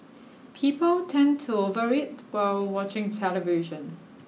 people tend to over eat while watching television